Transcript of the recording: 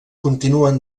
continuen